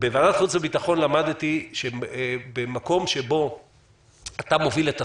בוועדת החוץ והביטחון למדתי שבמקום שבו אתה מוביל את השיח,